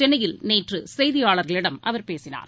சென்னையில் நேற்றுசெய்தியாளர்களிடம் அவர் பேசினார்